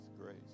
grace